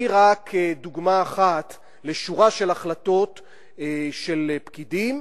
היא רק דוגמה אחת לשורה של החלטות של פקידים,